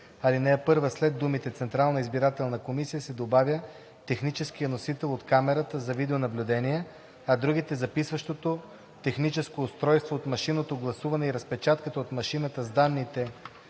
ал. 1 след думите „Централната избирателна комисия“ се добавя „техническия носител от камерата за видеонаблюдение“, а думите „записващото техническо устройство от машинното гласуване и разпечатката от машината с данните